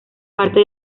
parte